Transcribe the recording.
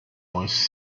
was